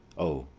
o,